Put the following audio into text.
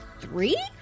three